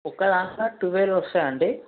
ఒక్క దాంట్లో టువల్వ్ వస్తాయండి